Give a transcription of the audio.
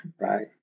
right